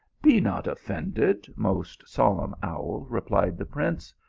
be not offended, most solemn owl! replied the prince.